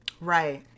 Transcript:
right